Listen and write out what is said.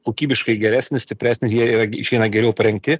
kokybiškai geresnis stipresnis jie yra išeina geriau parengti